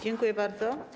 Dziękuję bardzo.